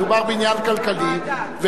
מדובר בעניין כלכלי, לוועדה.